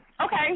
okay